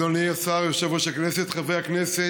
אתה יכול להקריא